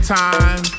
time